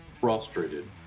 frustrated